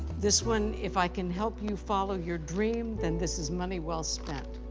this one, if i can help you follow your dream, then this is money well spent.